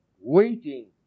waiting